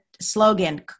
slogan